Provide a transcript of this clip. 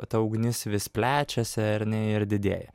ta ugnis vis plečiasi ar ne ir didėja